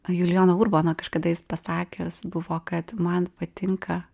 julijono urbono kažkada jis pasakęs buvo kad man patinka